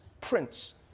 prince